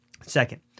Second